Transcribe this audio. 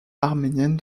arménienne